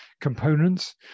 components